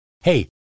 Hey